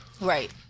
Right